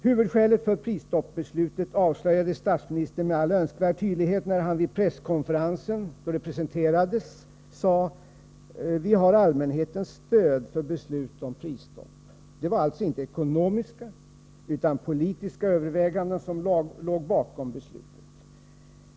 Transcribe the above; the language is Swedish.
Huvudskälet för prisstoppsbeslutet avslöjade statsministern med all önskvärd tydlighet när han vid den presskonferens då beslutet presenterades sade: ”Vi har allmänhetens stöd för beslutet om prisstopp.” Det var alltså inte ekonomiska utan politiska överväganden som låg bakom beslutet.